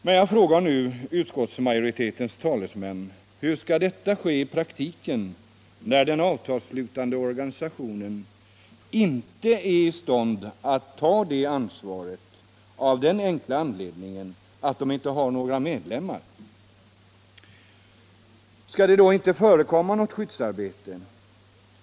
Men jag frågar nu utskottsmajoritetens talesmän: Hur skall detta ske i praktiken, när den avtalsslutande organisationen inte är i stånd att ta det ansvaret av den enkla anledningen att den inte har några medlemmar? Skall det då inte förekomma något skyddsarbete?